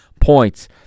points